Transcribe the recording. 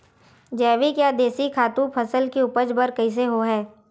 जैविक या देशी खातु फसल के उपज बर कइसे होहय?